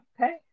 Okay